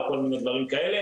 או כל מיני דברים כאלה.